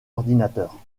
ordinateurs